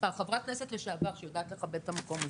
חברת כנסת לשעבר, שיודעת לכבד את המקום הזה.